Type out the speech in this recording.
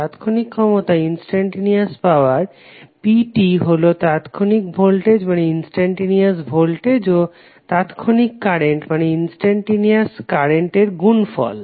তাৎক্ষণিক ক্ষমতা p হলো তাৎক্ষণিক ভোল্টেজ ও তাৎক্ষণিক কারেন্টের গুণফল